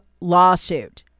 lawsuit